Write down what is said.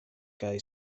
kaj